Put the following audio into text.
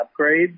upgrades